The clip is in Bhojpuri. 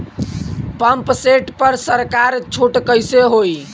पंप सेट पर सरकार छूट कईसे होई?